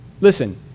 listen